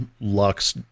Lux